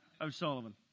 O'Sullivan